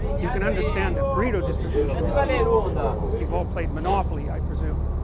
you can understand a pareto distribution if you you've all played monopoly i presume